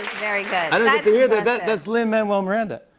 like that's lin-manuel miranda.